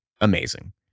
amazing